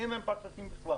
אין להם פקחים בכלל.